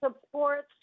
supports